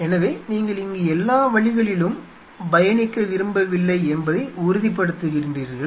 எனவே நீங்கள் இங்கு எல்லா வழிகளிலும் பயணிக்க விரும்பவில்லை என்பதை உறுதிப்படுத்துகிறீர்கள்